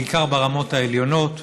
בעיקר ברמות העליונות.